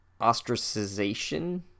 ostracization